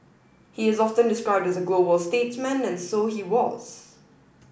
he is often described as a global statesman and so he was